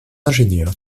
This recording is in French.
ingénieur